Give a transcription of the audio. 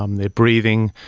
um their breathing,